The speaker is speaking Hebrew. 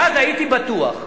ואז הייתי בטוח,